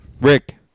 Rick